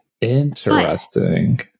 interesting